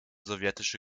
sowjetische